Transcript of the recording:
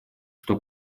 что